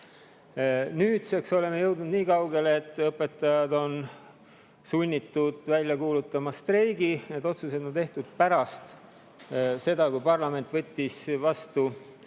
Nüüdseks oleme jõudnud niikaugele, et õpetajad on sunnitud välja kuulutama streigi. Need otsused on tehtud pärast seda, kui parlament võttis vastu